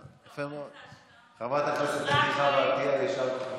יפה מאוד, חברת הכנסת אתי חוה עטייה יישר כוחך.